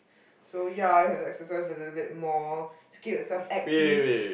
so ya I have to exercise a little bit more to keep yourself active